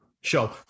show